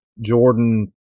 Jordan